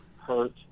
hurt